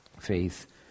faith